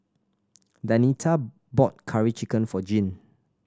Danita bought Curry Chicken for Jeane